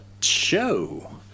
show